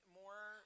more